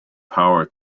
power